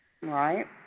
Right